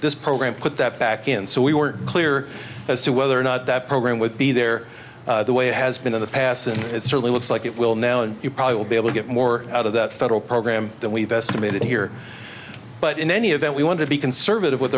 this program put that back in so we were clear as to whether or not that program would be there the way it has been in the past and it certainly looks like it will now and you probably will be able to get more out of that federal program that we've estimated here but in any event we want to be conservative with